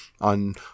on